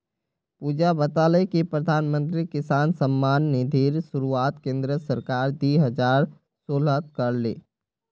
पुजा बताले कि प्रधानमंत्री किसान सम्मान निधिर शुरुआत केंद्र सरकार दी हजार सोलत कर ले